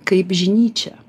kaip žinyčia